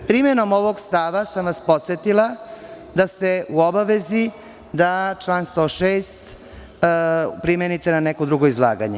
Primenom ovog stava sam vas podsetila da ste u obavezi da član 106. primenite na neko drugo izlaganje.